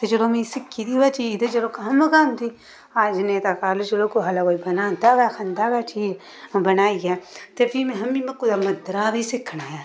ते जदूं में सिक्खी दी होऐ चीज ते चलो कम्म गै औंदी अज्ज नेईं ते कल्ल चलो कुसै लै कोई बनांदा गै खंदा गै चीज बनाइयै ते फ्ही महै मी में कुदै मद्दरा बी सिक्खना ऐ